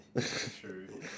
true